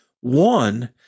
One